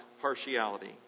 partiality